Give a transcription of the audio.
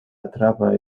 atrapa